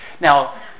Now